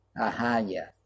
Ahaya